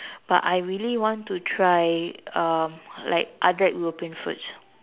but I really want to try um like other European foods